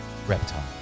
Reptile